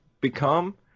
become